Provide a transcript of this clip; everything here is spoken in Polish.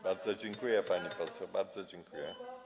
Bardzo dziękuję, pani poseł, bardzo dziękuję.